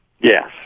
Yes